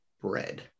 Bread